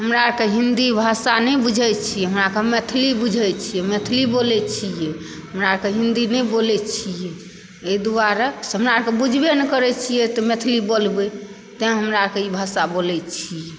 हमरा तऽ हिन्दी भाषा नहि बुझैत छी हमरा तऽ मैथिली बुझैत छी मैथिली बोलय छियै हमरा तऽ हिन्दी नहि बोलै छियै एहि दुआरे हमरा तऽ बुझबय नहि करै छियै तऽ मैथिली बोलबै तै हमरा तऽ ई भाषा बोलै छियै